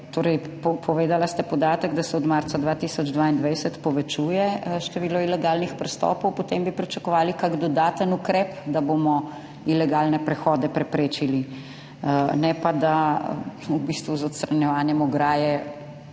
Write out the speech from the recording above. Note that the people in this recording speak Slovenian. Povedali ste podatek, da se od marca 2022 povečuje število ilegalnih prestopov, potem bi pričakovali kak dodaten ukrep, da bomo ilegalne prehode preprečili, ne pa da v bistvu z odstranjevanjem ograje